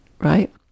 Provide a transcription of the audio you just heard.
right